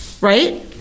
right